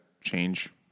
change